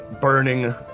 burning